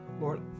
Lord